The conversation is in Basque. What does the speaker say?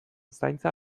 zaintza